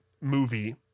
movie